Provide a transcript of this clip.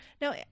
Now